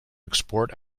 export